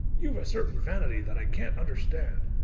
you've a certain vanity that i can't understand.